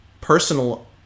personal